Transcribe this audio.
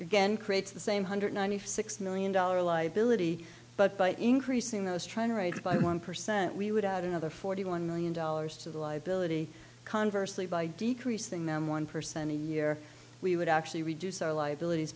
again creates the same hundred ninety six million dollar liability but by increasing those trying to raise by one percent we would add another forty one million dollars to the liability conversely by decreasing them one percent a year we would actually reduce our liabilities